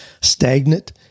stagnant